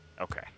Okay